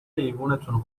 ایوونتون